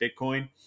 bitcoin